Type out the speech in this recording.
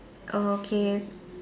oh okay